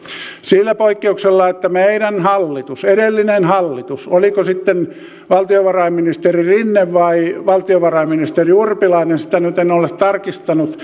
sillä poikkeuksella että meidän edellinen hallituksemme oliko sitten valiovarainministeri rinne vai valtiovarainministeri urpilainen sitä nyt en ole tarkistanut